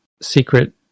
secret